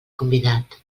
convidat